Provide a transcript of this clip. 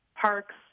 parks